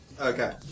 Okay